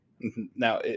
Now